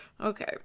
Okay